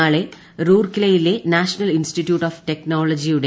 നാളെ റൂർക്കേലയിലെ national institute of technology N